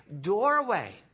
doorway